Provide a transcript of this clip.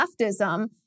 leftism